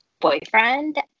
boyfriend